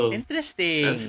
Interesting